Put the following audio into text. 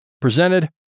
presented